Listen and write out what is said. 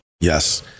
yes